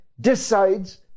decides